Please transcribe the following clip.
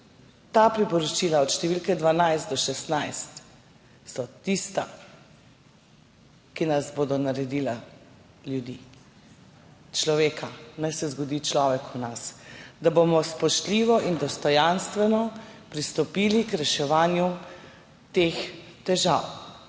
ta priporočila od številke 12 do 16 so tista, ki nas bodo naredila ljudi, človeka. Naj se zgodi človek v nas, da bomo spoštljivo in dostojanstveno pristopili k reševanju teh težav